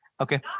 Okay